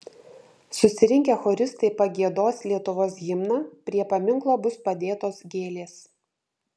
susirinkę choristai pagiedos lietuvos himną prie paminklo bus padėtos gėlės